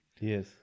yes